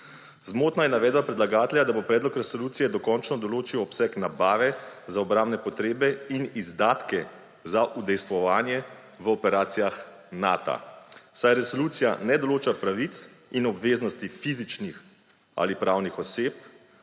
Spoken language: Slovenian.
Zmotna je navedba predlagatelja, da bo predlog resolucije dokončno določil obseg nabave za obrambne potrebe in izdatke za udejstvovanje v operacijah Nata, saj resolucija ne določa pravic in obveznosti fizičnih ali pravnih oseb,